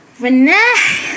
Renee